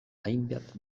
hainbat